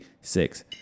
Six